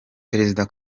perezida